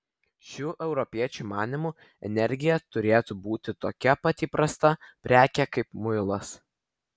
šių europiečių manymu energija turėtų būti tokia pat įprasta prekė kaip muilas